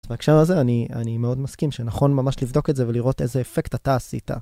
אז בהקשר לזה אני מאוד מסכים שנכון ממש לבדוק את זה ולראות איזה אפקט אתה עשית.